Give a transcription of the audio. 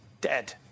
dead